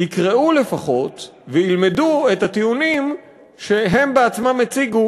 יקראו לפחות, וילמדו את הטיעונים שהם בעצמם הציגו